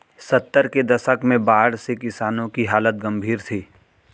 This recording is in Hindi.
सत्तर के दशक में बाढ़ से किसानों की हालत गंभीर थी